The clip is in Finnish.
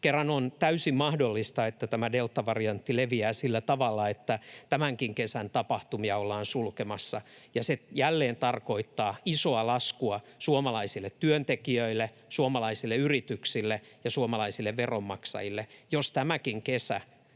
kerran on täysin mahdollista, että tämä deltavariantti leviää sillä tavalla, että tämänkin kesän tapahtumia ollaan sulkemassa. Se tarkoittaa jälleen isoa laskua suomalaisille työntekijöille, suomalaisille yrityksille ja suomalaisille veronmaksajille, jos tämäkin kesä